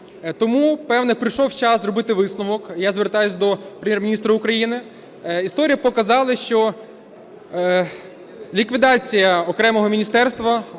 Тому, певно, прийшов час робити висновок. Я звертаюсь до Прем'єр-міністра України. Історія показала, що ліквідація окремого Міністерства